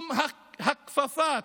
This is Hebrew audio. ושום הכפפת